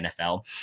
NFL